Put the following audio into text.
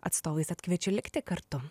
atstovais tad kviečiu likti kartu